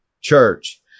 church